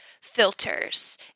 filters